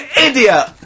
idiot